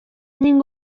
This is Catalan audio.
ningú